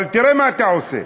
אבל תראה מה אתה עושה,